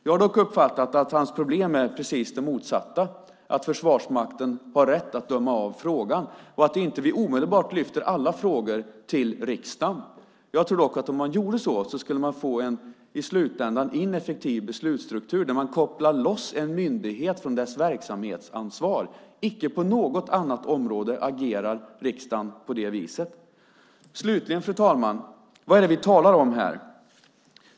Jag har dock uppfattat att hans problem är precis det motsatta: att Försvarsmakten har rätt att döma av frågan och att inte vi omedelbart lyfter alla frågor till riksdagen. Jag tror dock att om man gjorde så skulle man i slutändan få en ineffektiv beslutsstruktur där man kopplar loss en myndighet från dess verksamhetsansvar. Icke på något annat område agerar riksdagen på det viset. Slutligen, fru talman: Vad är det vi talar om här?